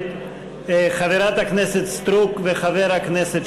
חברת הכנסת סטרוק וחבר הכנסת